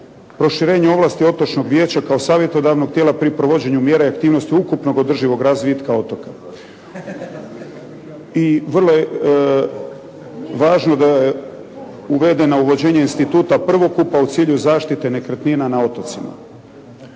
proširenje ovlasti otočnog vijeća kao savjetodavnog tijela pri provođenju mjera i aktivnosti ukupnog održivog razvitka otoka. I vrlo važno da uvedena uvođenje instituta prvokupa u cilju zaštite nekretnina na otocima.